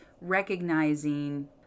recognizing